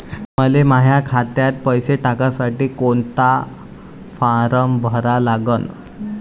मले माह्या खात्यात पैसे टाकासाठी कोंता फारम भरा लागन?